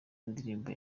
indirimbo